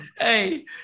Hey